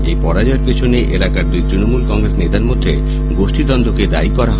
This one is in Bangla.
এই পরাজয়ের পেছনে এলাকার দুই তৃণমূল কংগ্রেস নেতার মধ্যে গোষ্ঠীদ্বন্দ্বকে দায়ী করা হয়